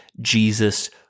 Jesus